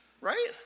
right